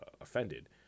offended